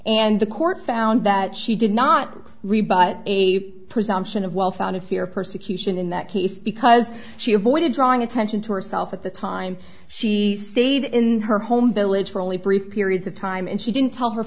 and the court found that she did not rebut a presumption of well founded fear of persecution in that case because she avoided drawing attention to herself at the time she stayed in her home village for only brief periods of time and she didn't tell her